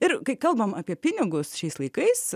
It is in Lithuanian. ir kai kalbam apie pinigus šiais laikais